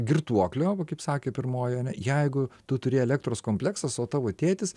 girtuoklio va kaip sakė pirmojoji ar ne jeigu tu turi elektros kompleksas o tavo tėtis